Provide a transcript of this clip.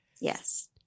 Yes